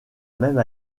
même